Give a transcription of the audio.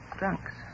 drunks